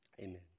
amen